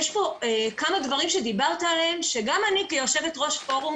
יש פה כמה דברים שדיברת עליהם שגם אני כיו"ר פורום